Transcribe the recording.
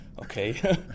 Okay